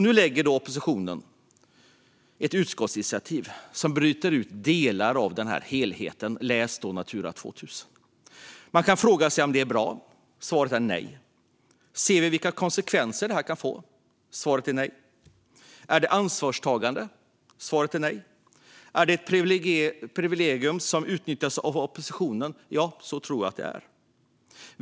Nu lägger då oppositionen fram ett utskottsinitiativ som bryter ut delar av denna helhet - läs Natura 2000. Man kan fråga sig om det är bra. Svaret är nej. Ser vi vilka konsekvenser det kan få? Svaret är nej. Är det ansvarstagande? Svaret är nej. Är det ett privilegium som utnyttjas av oppositionen? Ja, så tror jag att det är.